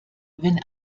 wenn